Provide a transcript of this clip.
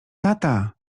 tata